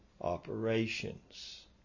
operations